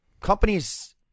companies